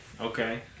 okay